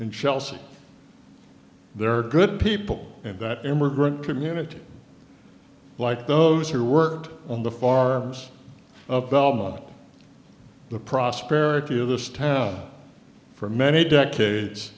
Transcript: and chelsea there are good people and that immigrant community like those who worked on the farms of belmont the prosperity of this town for many decades